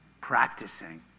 practicing